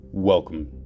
Welcome